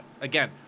again